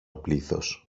πλήθος